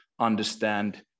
understand